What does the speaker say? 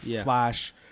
flash